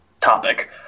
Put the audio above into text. topic